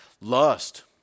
lust